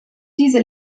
diese